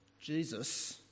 Jesus